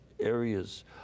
areas